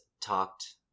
talked